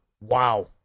Wow